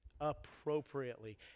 appropriately